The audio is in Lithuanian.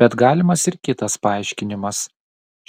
bet galimas ir kitas paaiškinimas